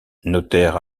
notaire